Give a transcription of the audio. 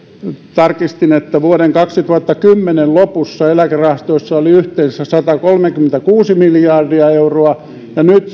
tarkistin että vuoden kaksituhattakymmenen lopussa eläkerahastoissa oli yhteensä satakolmekymmentäkuusi miljardia euroa ja nyt